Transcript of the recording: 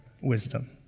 wisdom